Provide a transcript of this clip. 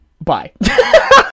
bye